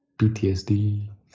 PTSD